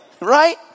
right